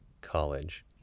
college